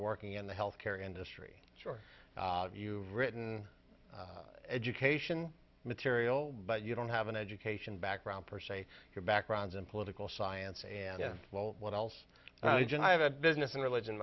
working in the health care industry sure you've written education material but you don't have an education background per se your background in political science and well what else can i have a business and religion